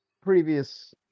previous